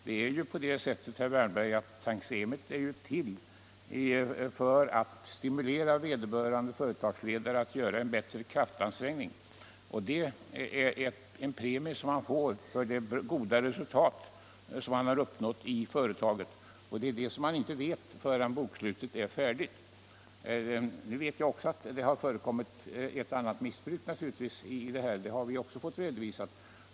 Det är ju så, herr Wärnberg, att tantiemet är till för att stimulera företagsledaren att göra en extra kraftansträngning. Det är en premie som han får för det goda resultat han uppnått i företaget. Men det resultatet vet man ju ingenting om förrän bokslutet är klart. Naturligtvis vet också jag att det har förekommit ett och annat missbruk i det sammanhanget. Det har vi fått redovisat.